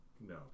No